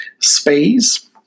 space